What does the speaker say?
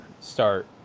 start